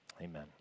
Amen